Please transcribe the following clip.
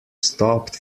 stopped